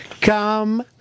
Come